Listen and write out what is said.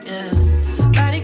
Body